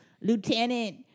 Lieutenant